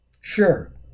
Sure